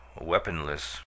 weaponless